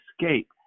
escape